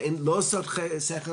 שהן לא עושות שכל,